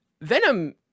Venom